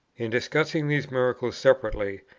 in discussing these miracles separately,